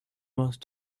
most